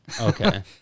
Okay